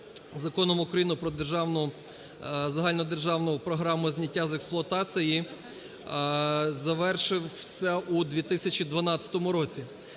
Законом України про Загальнодержавну програму зняття з експлуатації, завершився у 2012 році.